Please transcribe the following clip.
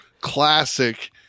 classic